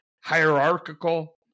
hierarchical